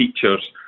teachers